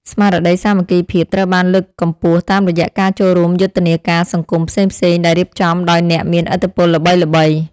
ស្មារតីសាមគ្គីភាពត្រូវបានលើកកម្ពស់តាមរយៈការចូលរួមយុទ្ធនាការសង្គមផ្សេងៗដែលរៀបចំដោយអ្នកមានឥទ្ធិពលល្បីៗ។